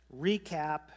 recap